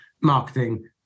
marketing